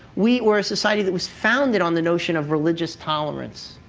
we are a society that was founded on the notion of religious tolerance.